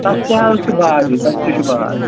تتھ تہِ حظ چھُ باغی تتھ تہِ چھُ باغ